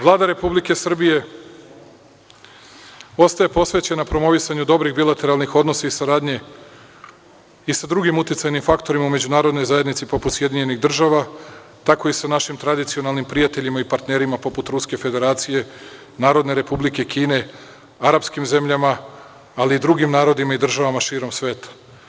Vlada Republike Srbije ostaje posvećena promovisanju dobrih bilateralnih odnosa i saradnji i sa drugim uticajnim faktorima u međunarodnoj zajednici poput SAD, tako i sa našim tradicionalnim prijateljima i partnerima poput Ruske Federacije, Narodne Republike Kine, arapskim zemljama, ali i drugim narodima i državama širom sveta.